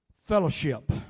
fellowship